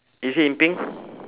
is it in pink